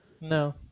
No